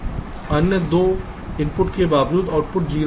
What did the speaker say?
अन्य 2 इनपुट के बावजूद आउटपुट 0 होगा